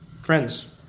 Friends